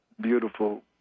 beautiful